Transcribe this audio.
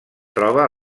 troba